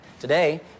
Today